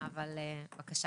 בבקשה.